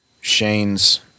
Shane's